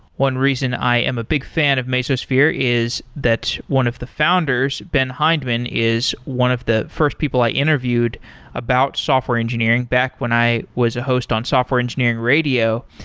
one reason i am a big fan of mesosphere is that one of the founders, ben hindman, is one of the first people i interviewed about software engineering back when i was a host on software engineering radio,